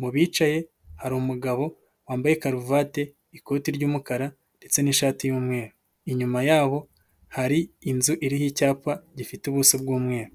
mu bicaye hari umugabo wambaye karuvati, ikoti ry'umukara ndetse n'ishati y'umweru, inyuma yabo hari inzu iriho icyapa gifite ubuso bw'umweru.